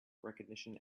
recognition